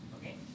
Okay